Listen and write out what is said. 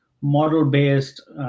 model-based